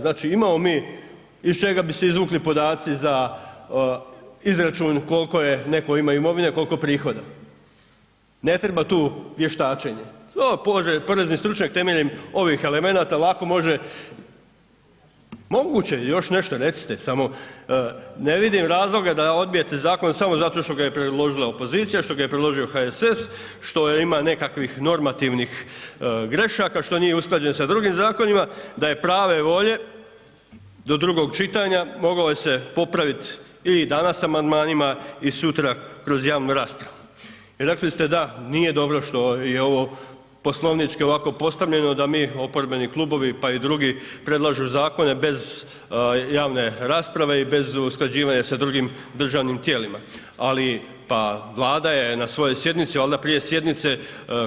Znači, imamo mi iz čega bi se izvukli podaci za izračun kolko je netko ima imovine, kolko prihoda, ne treba tu vještačenje, to porezni stručnjak temeljem ovih elemenata lako može, moguće je još nešto recite, samo ne vidim razloga da odbijete zakon samo zato što ga je predložila opozicija, što ga je predložio HSS, što ima nekakvih normativnih grešaka, što nije usklađen sa drugim zakonima, da je prave volje, do drugog čitanja mogao je se popravit i danas sa amandmanima i sutra kroz javnu raspravu i rekli ste da nije dobro što je ovo poslovnički ovako postavljeno da mi oporbeni klubovi, pa i drugi predlažu zakone bez javne rasprave i bez usklađivanja sa drugim državnim tijelima, ali, pa Vlada je na svojoj sjednici, valda prije sjednice